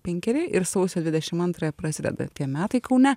penkeri ir sausio dvidešim antrąją prasideda tie metai kaune